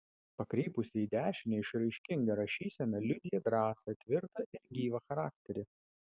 pakrypusi į dešinę išraiškinga rašysena liudija drąsą tvirtą ir gyvą charakterį